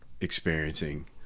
experiencing